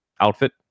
outfit